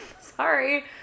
Sorry